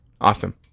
Awesome